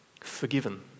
Forgiven